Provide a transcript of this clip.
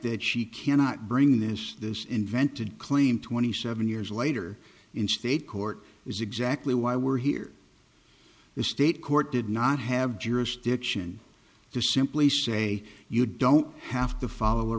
that she cannot bring this invented claim twenty seven years later in state court is exactly why we're here state court did not have jurisdiction to simply say you don't have to follow